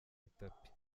itapi